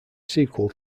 sequel